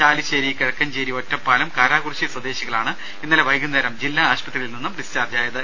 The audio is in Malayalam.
ചാലിശ്ശേരികിഴക്കഞ്ചേരിഒറ്റപ്പാലം കാരാകുറുശ്ശി സ്വദേശികളാണ് ഇന്നലെ വൈകുന്നേരം പാലക്കാട് ജില്ലാ ആശുപത്രിയിൽ നിന്നും ഡിസ്ചാർജ് ആയത്